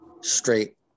straight